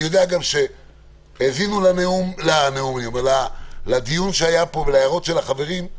אני יודע שהאזינו לדיון שהיה פה ולהערות של החברים.